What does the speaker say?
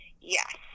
Yes